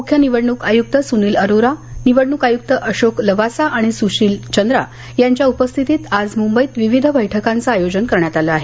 मुख्य निवडणूक आयुक्त सुनिल अरोरा निवडणूक आयुक्त अशोक लवासा आणि सुशिल चंद्रा यांच्या उपस्थितीत आज मुंबईत विविध बैठकांचं आयोजन करण्यात आलं आहे